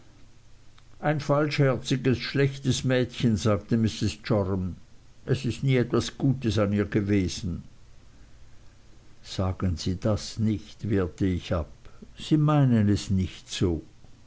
ein falschherziges schlechtes mädchen sagte mrs joram es ist nie etwas gutes an ihr gewesen sagen sie das nicht wehrte ich ab sie meinen es nicht so